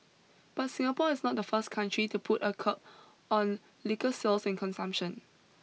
but Singapore is not the first country to put a curb on liquor sales and consumption